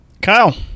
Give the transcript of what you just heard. Kyle